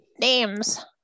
names